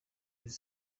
izi